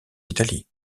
italie